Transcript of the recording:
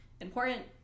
important